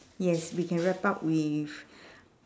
yes we can wrap up with